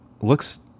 Looks